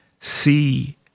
See